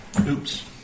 Oops